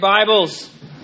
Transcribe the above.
Bibles